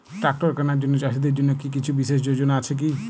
Tractor কেনার জন্য চাষীদের জন্য কী কিছু বিশেষ যোজনা আছে কি?